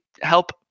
help